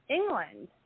England